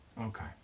Okay